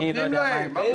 נותנים להם מה שהם רוצים,